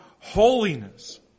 holiness